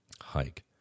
hike